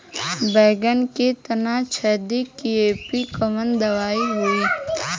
बैगन के तना छेदक कियेपे कवन दवाई होई?